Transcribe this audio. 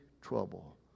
trouble